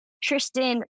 Tristan